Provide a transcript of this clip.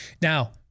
Now